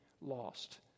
lost